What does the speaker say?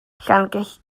llangeitho